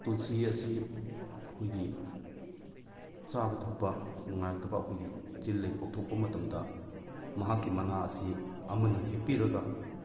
ꯇꯨꯜꯁꯤ ꯑꯁꯤ ꯑꯩꯈꯣꯏꯒꯤ ꯆꯥꯕ ꯊꯛꯄ ꯅꯨꯡꯉꯥꯏꯔꯛꯇꯕ ꯑꯩꯈꯣꯏꯒꯤ ꯆꯤꯜ ꯂꯩ ꯄꯣꯛꯊꯣꯛꯄ ꯃꯇꯝꯗ ꯃꯍꯥꯛꯀꯤ ꯃꯅꯥ ꯑꯁꯤ ꯑꯃꯅꯤ ꯍꯦꯛꯄꯤꯔꯒ